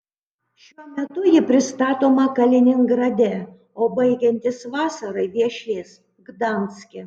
šiuo metu ji pristatoma kaliningrade o baigiantis vasarai viešės gdanske